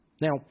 Now